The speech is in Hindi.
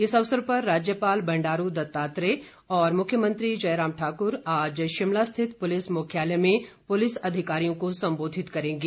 इस अवसर पर राज्यपाल बंडारू दत्तात्रेय और मुख्यमंत्री जयराम ठाकुर आज शिमला स्थित पुलिस मुख्यालय में पुलिस अधिरियों को संबोधित करेंगे